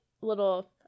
little